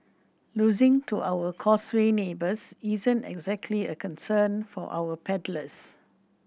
losing to our Causeway neighbours isn't exactly a concern for our paddlers